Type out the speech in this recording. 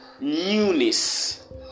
newness